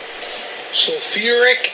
sulfuric